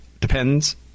depends